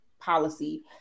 policy